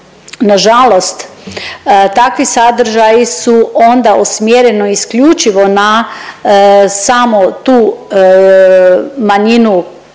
nažalost takvi sadržaji su ona usmjereni isključivo na samo tu manjinu